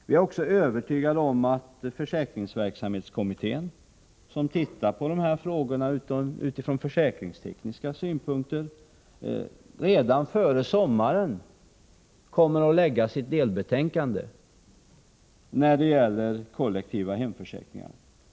Vi är också övertygade om att försäkringsverksamhetskommittén, som tittar på dessa frågor utifrån försäkringstekniska synpunkter, redan före sommaren kommer att lägga fram sitt delbetänkande när det gäller kollektiva hemförsäkringar.